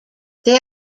they